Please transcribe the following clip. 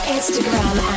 Instagram